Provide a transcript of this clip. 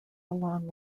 along